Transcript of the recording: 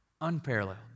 unparalleled